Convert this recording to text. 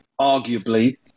arguably